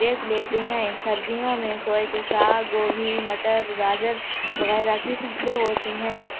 بیچ لیتے ہیں سردیوں میں سوئے کے ساگ گوبھی مٹر گاجر وغیرہ کی فصلیں ہوتی ہیں